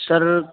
sir